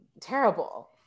terrible